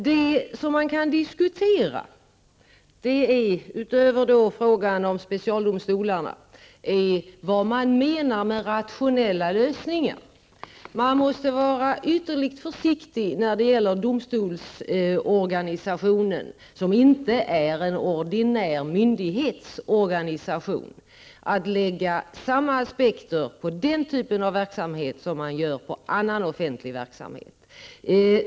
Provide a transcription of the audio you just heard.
Fru talman! Det som kan diskuteras utöver frågan om specialdomstolarna är vad man menar med rationella lösningar. Man bör vara ytterligt försiktig att anlägga samma synsätt på domstolsverkets organisation och denna typ av verksamhet som man gör på annan offentlig verksamhet, eftersom det inte är fråga om en ordinär myndighetsorganisation.